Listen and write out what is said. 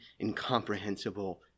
incomprehensible